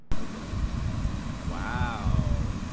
publishes me while